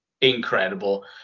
incredible